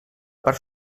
part